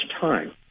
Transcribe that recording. time